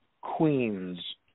Queens